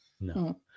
no